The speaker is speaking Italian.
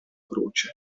croce